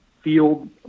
field